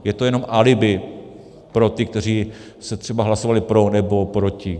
Je to jenom alibi pro ty, kteří třeba hlasovali pro, nebo proti.